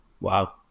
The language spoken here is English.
Wow